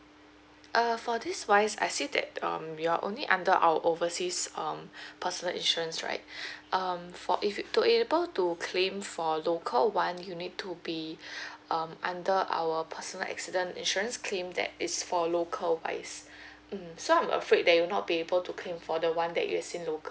err for this wise I see that um you're only under our overseas um personal insurance right um for if to able to claim for local one you need to be um under our personal accident insurance claim that is for local wise mm so I'm afraid that you'll not be able to claim for the one that you're saying locally